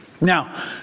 Now